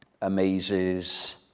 amazes